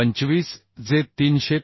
25 जे 373